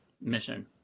mission